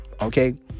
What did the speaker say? Okay